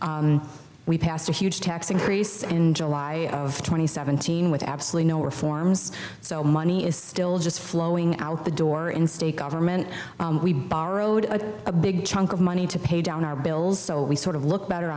we passed a huge tax increase in july twenty seventh seen with absolutely no reforms so money is still just flowing out the door in state government we borrowed a big chunk of money to pay down our bills so we sort of look better